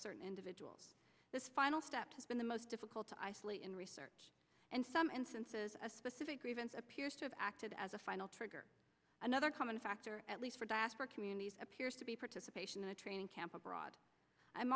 certain individuals this final step has been the most difficult to isolate in research and some instances a specific grievance appears to have acted as a final trigger another common factor at least for diaspora communities appears to be participation in a training camp abroad i'm